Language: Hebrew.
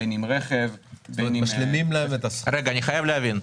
בין אם רכב, בין אם --- רגע, אני חייב להבין.